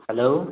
hello